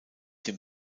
dem